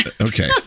okay